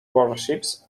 warships